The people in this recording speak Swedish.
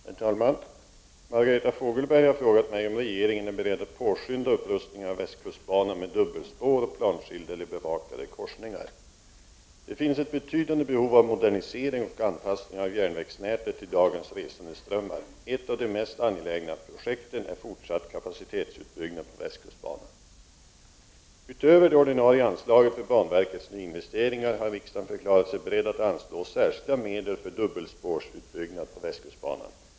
Herr talman! Margareta Fogelberg har frågat mig om regeringen är beredd att påskynda upprustningen av västkustbanan med dubbelspår och planskilda eller bevakade korsningar. Det finns ett betydande behov av modernisering och anpassning av järnvägsnätet till dagens resandeströmmar. Ett av de mest angelägna projekten är fortsatt kapacitetsutbyggnad på västkustbanan. Utöver det ordinarie anslaget för banverkets nyinvesteringar, har riksdagen förklarat sig beredd att anslå särskilda medel för dubbelspårutbyggnad på västkustbanan.